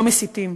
לא מסיתים.